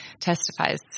testifies